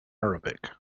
arabic